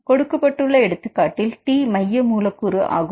கொடுக்கப்பட்டுள்ள எடுத்துக்காட்டில் T மைய மூலக்கூறு ஆகும்